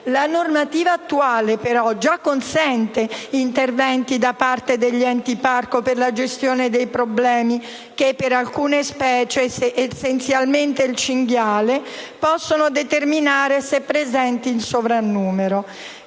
La normativa attuale, però, già consente interventi da parte degli enti parco per la gestione dei problemi che alcune specie - essenzialmente il cinghiale - possono determinare se presenti in sovrannumero.